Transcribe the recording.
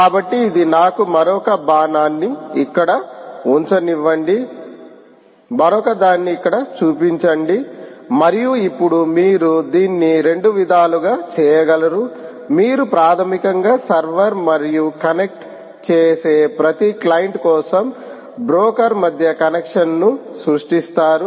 కాబట్టి ఇది నాకు మరొక బాణాన్ని ఇక్కడ ఉంచనివ్వండి మరొకదాన్ని ఇక్కడ చూపించండి మరియు ఇప్పుడు మీరు దీన్ని రెండు విధాలుగా చేయగలరు మీరు ప్రాథమికంగా సర్వర్ మరియు కనెక్ట్ చేసే ప్రతి క్లయింట్ కోసం బ్రోకర్ మధ్య కనెక్షన్ను సృష్టిస్తారు